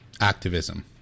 activism